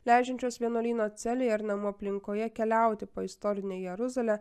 leidžiančios vienuolyno celėje ar namų aplinkoje keliauti po istorinę jeruzalę